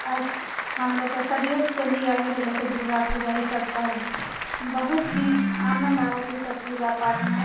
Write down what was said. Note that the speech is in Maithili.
हम लोकके सदियोसँ चलि आबि रहलो छै दुर्गा पूजा इसभ पर्व बहुत ही आनन्द आबैत छै इसभ पूजा पाठमे